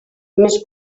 més